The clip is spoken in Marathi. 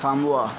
थांबवा